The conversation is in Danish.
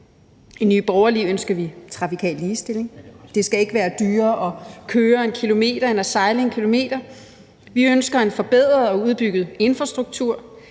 I Nye Borgerlige ønsker vi trafikal ligestilling. Det skal ikke være dyrere at køre 1 km end at sejle 1 km. Vi ønsker en forbedret og udbygget infrastruktur.